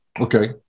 Okay